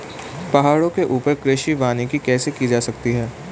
पहाड़ों के ऊपर कृषि वानिकी कैसे की जा सकती है